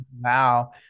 Wow